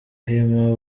hima